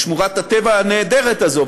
בשמורת הטבע הנהדרת הזאת,